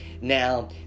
Now